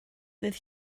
ddydd